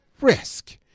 risk